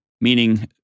meaning –